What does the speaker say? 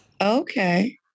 Okay